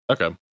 Okay